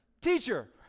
Teacher